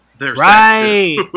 Right